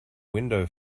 window